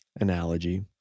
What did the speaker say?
analogy